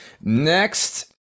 Next